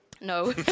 No